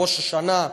ראש השנה,